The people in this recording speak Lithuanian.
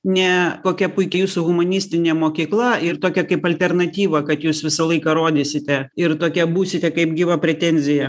ne kokia puiki jūsų humanistinė mokykla ir tokia kaip alternatyva kad jūs visą laiką rodysite ir tokia būsite kaip gyva pretenzija